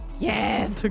Yes